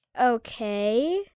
Okay